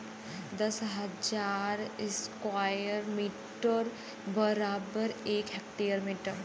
दस हजार square metre बराबर एक हेक्टेयर होला